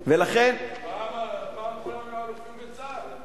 פעם כולם היו אלופים בצה"ל.